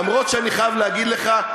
אף שאני חייב להגיד לך,